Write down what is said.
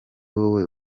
wowe